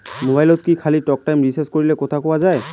মোবাইলত কি খালি টকটাইম রিচার্জ করিলে কথা কয়া যাবে?